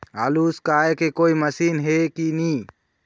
आलू उसकाय के कोई मशीन हे कि नी?